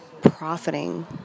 profiting